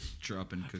dropping